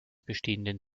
bestehenden